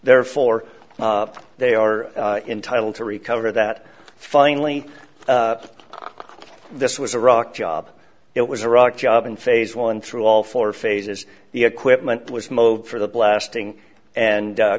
therefore they are entitled to recover that finally this was a rock job it was a rock job in phase one through all four phases the equipment was mowed for the blasting and